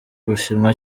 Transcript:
bushinwa